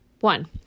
One